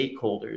stakeholders